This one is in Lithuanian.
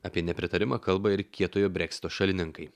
apie nepritarimą kalba ir kietojo breksito šalininkai